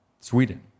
Sweden